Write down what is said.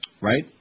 Right